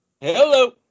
hello